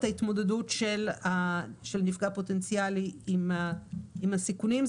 ההתמודדות של מפגע פוטנציאלי עם הסיכונים.